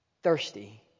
thirsty